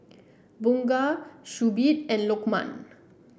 Bunga Shuib and Lokman